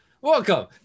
Welcome